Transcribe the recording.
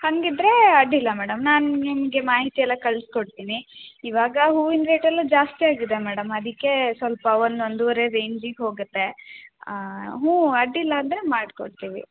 ಹಂಗೆ ಇದ್ದರೆ ಅಡ್ಡಿಯಿಲ್ಲ ಮೇಡಮ್ ನಾನು ನಿಮಗೆ ಮಾಹಿತಿ ಎಲ್ಲ ಕಳಿಸಿ ಕೊಡ್ತೀನಿ ಇವಾಗ ಹೂವಿನ ರೇಟ್ ಎಲ್ಲ ಜಾಸ್ತಿ ಆಗಿದೆ ಮೇಡಮ್ ಅದಕ್ಕೆ ಸ್ವಲ್ಪ ಒಂದು ಒಂದೂವರೆ ರೇಂಜಿಗೆ ಹೋಗುತ್ತೆ ಹ್ಞೂ ಅಡ್ಡಿಯಿಲ್ಲ ಅಂದರೆ ಮಾಡ್ಕೊಡ್ತೀವಿ